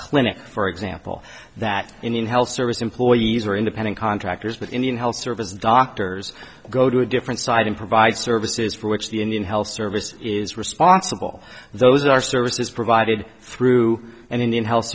clinic for example that indian health service employees or independent contractors with indian health service doctors go to a different side and provide services for which the indian health service is responsible those are services provided through an indian health